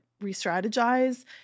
re-strategize